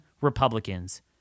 Republicans